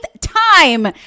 time